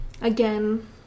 Again